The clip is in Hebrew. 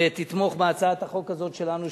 ותתמוך בהצעת החוק הזאת שלנו,